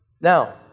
Now